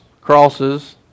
crosses